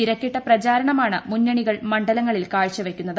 തിരക്കിട്ട പ്രചാരമാണ് മുന്നണികൾ ് മണ്ഡലങ്ങളിൽ കാഴ്ച വയ്ക്കുന്നത്